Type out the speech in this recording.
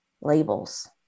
labels